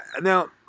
Now